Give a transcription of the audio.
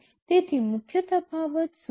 તેથી મુખ્ય તફાવત શું છે